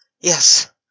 Yes